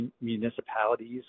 municipalities